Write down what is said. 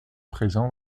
présent